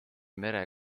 mere